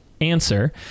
answer